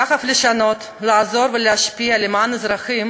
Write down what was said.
הדחף לשנות, לעזור ולהשפיע למען האזרחים